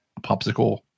popsicle